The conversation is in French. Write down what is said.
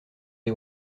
des